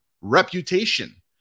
reputation